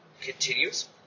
continues